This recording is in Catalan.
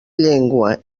llengua